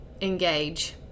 engage